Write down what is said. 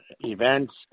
Events